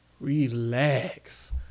relax